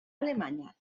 alemanya